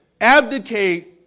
abdicate